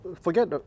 forget